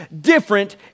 different